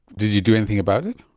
did you do anything about it?